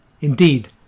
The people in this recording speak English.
Indeed